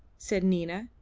said nina.